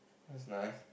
that's nice